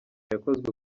yakozwe